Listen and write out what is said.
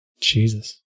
Jesus